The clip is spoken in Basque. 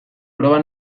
proba